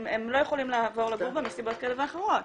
הם לא יכולים לעבור לגור בה מסיבות כאלה ואחרות,